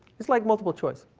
it's like multiple choice.